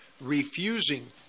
refusing